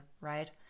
right